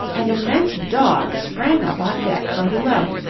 an immense dog sprang up on deck from below,